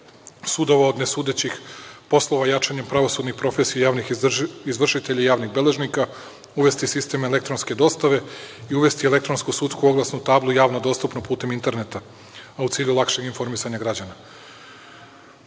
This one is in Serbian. sudova od nesudećih poslova, jačanje pravosudnih profesija javnih izvršitelja i javnih beležnika, uvesti sistem elektronske dostave i uvesti elektronsku sudsku oglasnu tablu javno dostupno putem interneta, a u cilju lakšeg informisanja građana. Reforma